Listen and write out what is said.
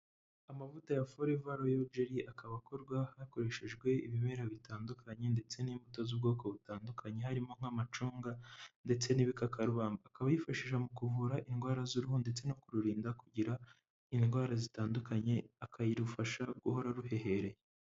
Amavuta ya foreva role jeri akaba akorwa hakoreshejwe ibimera bitandukanye ndetse n'imbuto z'ubwoko butandukanye harimo nk'amacunga ndetse n'ibikakarubamba, akaba yifashisha mu kuvura indwara z'uruhu ndetse no kururinda kugira indwara zitandukanye, akayirufasha guhora ruhehereye.